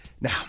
Now